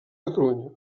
catalunya